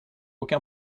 aucun